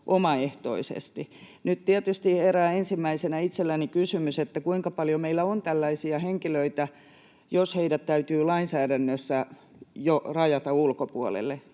omaehtoisesti. Nyt tietysti ensimmäisenä herää itselläni kysymys, kuinka paljon meillä on tällaisia henkilöitä, jos heidät täytyy lainsäädännössä jo rajata ulkopuolelle,